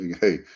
Hey